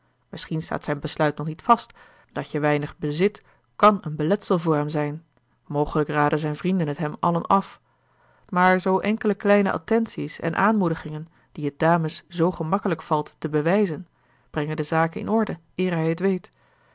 misschien staat zijn besluit nog niet vast dat je weinig bezit kan een beletsel voor hem zijn mogelijk raden zijn vrienden het hem allen af maar zoo enkele kleine attenties en aanmoedigingen die het dames zoo gemakkelijk valt te bewijzen brengen de zaak in orde eer hij het weet